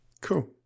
cool